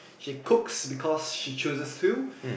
she cooks because she chooses to